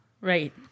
Right